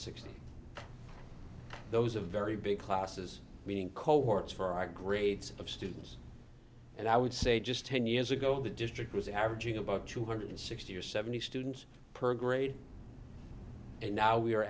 sixty those a very big classes meaning cohorts for our grades of students and i would say just ten years ago the district was averaging about two hundred sixty or seventy students per grade and now we